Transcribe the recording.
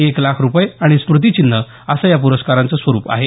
एक लाख रुपये आणि स्मृतिचिन्ह असं या पुरस्कारचं स्वरुप आहे